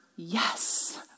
Yes